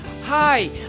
Hi